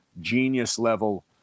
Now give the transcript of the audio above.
genius-level